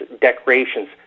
decorations